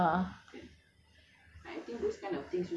so macam to me it elak fitnah